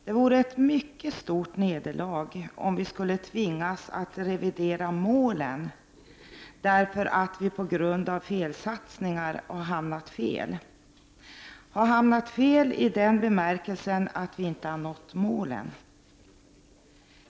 Det vore ett mycket stort nederlag om vi skulle tvingas revidera målen därför att vi på grund av felsatsningar inte har nått målen.